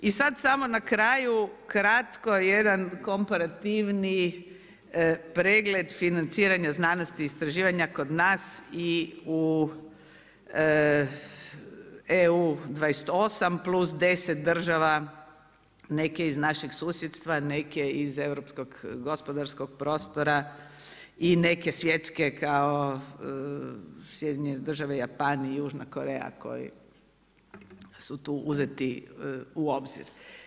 I sad samo na kraju, kratko jedan komparativni pregled financiranja znanosti i istraživanja kod nas i u EU 28 plus 10 država, neke iz naših susjedstva, neke iz europskih gospodarskog prostora i neke svjetske kao SAD, Japan i Južna Koreja koji su tu uzeti u obzir.